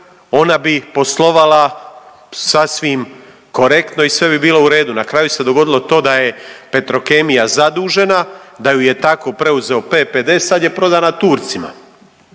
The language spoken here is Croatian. ona bi poslovala sasvim korektno i sve bi bilo u redu. Na kraju se dogodilo to da je Petrokemija zadužena, da ju je tako preuzeo PPD. Sad je prodana Turcima.